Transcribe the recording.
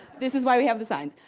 this is why we have the signs.